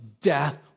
death